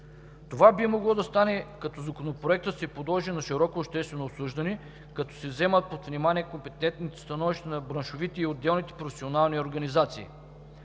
Това би могло да стане, като Законопроектът се подложи на широко обществено обсъждане, като се вземат под внимание компетентните становища на браншовите и отделните професионални организации.